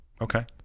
Okay